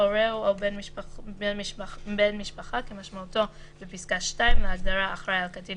הורהו או בן משפחה כמשמעותו בפסקה (2) להגדרה "אחראי על קטין